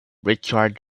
richard